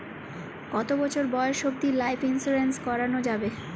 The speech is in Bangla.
কতো বছর বয়স অব্দি লাইফ ইন্সুরেন্স করানো যাবে?